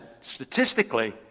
Statistically